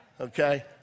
okay